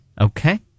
okay